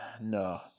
no